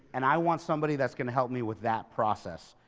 and i want somebody that's going to help me with that process,